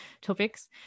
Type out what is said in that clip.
topics